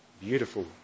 beautiful